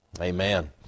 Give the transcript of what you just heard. Amen